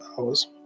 hours